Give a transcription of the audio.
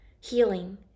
healing